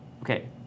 Okay